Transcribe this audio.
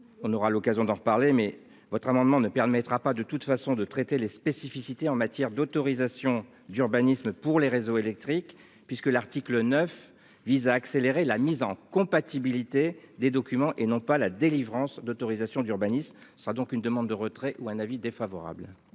On aura l'occasion d'en reparler mais votre amendement ne permettra pas de toute façon de traiter les spécificités en matière d'autorisations d'urbanisme pour les réseaux électriques puisque l'article 9 vise à accélérer la mise en compatibilité des documents et non pas la délivrance d'autorisations d'urbanisme sera donc une demande de retrait ou un avis défavorable.